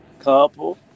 couple